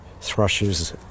thrushes